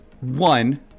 One